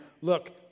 look